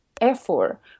effort